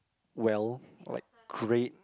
well like grade